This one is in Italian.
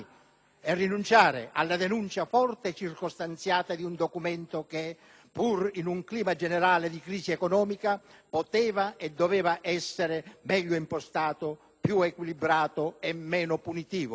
e rinunciare alla denuncia forte e circostanziata di un documento che, pur in un clima generale di crisi economica, poteva e doveva essere meglio impostato, più equilibrato e meno punitivo.